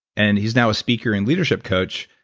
and he's now a speaker and leadership coach,